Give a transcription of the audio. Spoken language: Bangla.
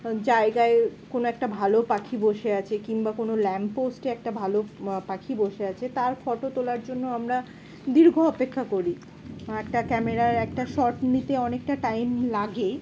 জায়গায় কোনো একটা ভালো পাখি বসে আছে কিংবা কোনো ল্যাম্প পোস্টে একটা ভালো পাখি বসে আছে তার ফটো তোলার জন্য আমরা দীর্ঘ অপেক্ষা করি একটা ক্যামেরার একটা শট নিতে অনেকটা টাইম লাগেই